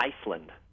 Iceland